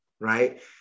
right